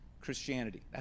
Christianity